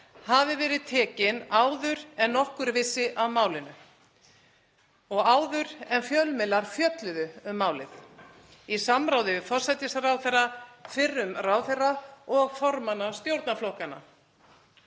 hafi verið tekin áður en nokkur vissi af málinu og áður en fjölmiðlar fjölluðu um málið í samráði við forsætisráðherra, fyrrum ráðherra og formenn stjórnarflokkanna.